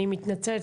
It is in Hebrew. אני מתנצלת,